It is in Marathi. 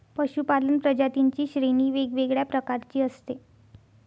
पशूपालन प्रजातींची श्रेणी वेगवेगळ्या प्रकारची असते